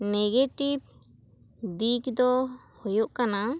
negative ᱫᱤᱠ ᱫᱚ ᱦᱩᱭᱩᱜ ᱠᱟᱱᱟ